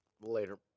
Later